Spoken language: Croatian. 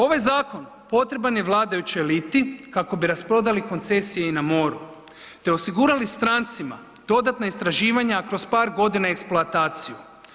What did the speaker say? Ovaj zakon potreban je vladajućoj eliti kako bi rasprodali koncesije i na moru te osigurali strancima dodatna istraživanja, a kroz par godina eksploataciju.